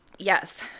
Yes